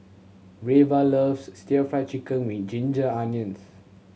Reva loves still Fried Chicken with ginger onions